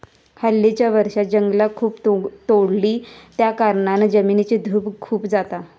हल्लीच्या वर्षांत जंगला खूप तोडली त्याकारणान जमिनीची धूप खूप जाता